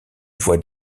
voies